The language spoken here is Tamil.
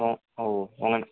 ஓ ஒ உனக்கு